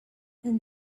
and